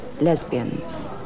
lesbians